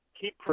keep